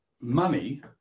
money